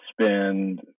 spend